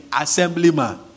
assemblyman